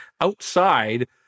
outside